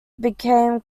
became